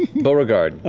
beauregard,